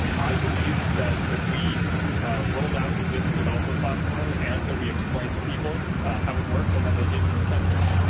i believe that that we rolled out this developer platform and that we explained to people how it worked and that they did consent to it.